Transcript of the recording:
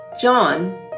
John